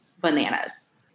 bananas